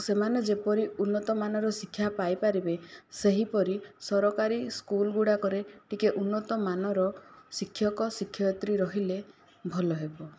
ସେମାନେ ଯେପରି ଉନ୍ନତମାନର ଶିକ୍ଷା ପାଇପାରିବେ ସେହିପରି ସରକାରୀ ସ୍କୁଲ୍ ଗୁଡ଼ାକରେ ଟିକିଏ ଉନ୍ନତମାନର ଶିକ୍ଷକ ଶିକ୍ଷୟତ୍ରୀ ରହିଲେ ଭଲ ହେବ